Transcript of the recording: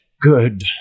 Good